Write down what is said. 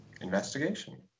Investigation